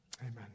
Amen